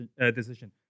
decision